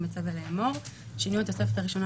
אני מצווה לאמור: שינוי התוספת הראשונה